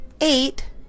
eight